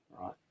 right